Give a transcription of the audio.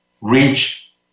reach